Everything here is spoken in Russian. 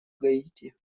гаити